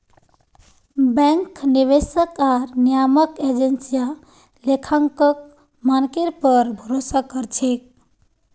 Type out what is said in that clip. bank, निवेशक आर नियामक एजेंसियां लेखांकन मानकेर पर भरोसा कर छेक